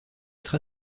être